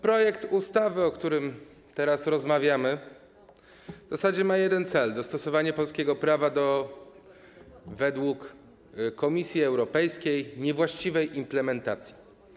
Projekt ustawy, o którym teraz rozmawiamy, w zasadzie ma jeden cel: dostosowanie polskiego prawa według Komisji Europejskiej po niewłaściwej implementacji.